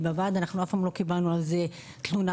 בוועד אף פעם לא קיבלנו על זה תלונה.